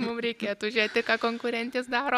mum reikėtų žėti ką konkurentės daro